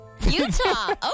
Utah